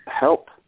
help